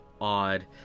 odd